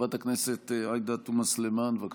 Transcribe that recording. חברת הכנסת עאידה תומא סלימאן, בבקשה.